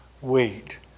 wait